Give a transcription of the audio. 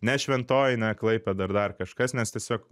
ne šventoji ne klaipėda ar dar kažkas nes tiesiog